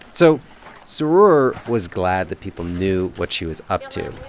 so so sroor was glad that people knew what she was up to.